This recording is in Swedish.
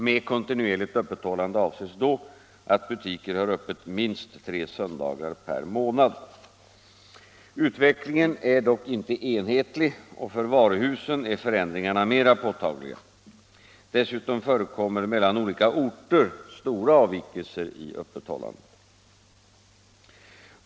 Med kontinuerligt öppethållande avses då att butiker har öppet minst tre söndagar per månad. Utvecklingen är dock inte enhetlig, och för varuhusen är förändringarna mera påtagliga. Dessutom förekommer mellan olika orter stora avvikelser i öppethållandet.